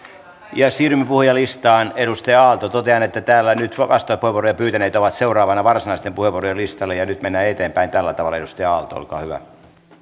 ja siirrymme puhujalistaan totean että täällä nyt vastauspuheenvuoroja pyytäneet ovat seuraavana varsinaisten puheenvuorojen listalla ja nyt mennään eteenpäin tällä tavalla edustaja aalto olkaa hyvä